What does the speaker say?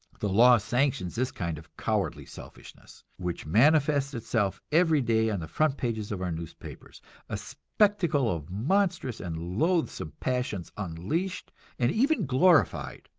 the law sanctions this kind of cowardly selfishness, which manifests itself every day on the front pages of our newspapers a spectacle of monstrous and loathsome passions unleashed and even glorified.